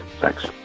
Thanks